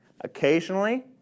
Occasionally